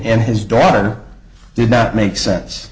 and his daughter did not make sense